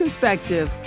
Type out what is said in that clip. perspective